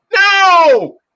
No